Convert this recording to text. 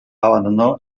abandonó